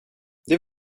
det